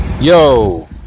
Yo